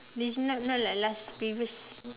this not not like last previous